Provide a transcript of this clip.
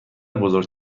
بزرگ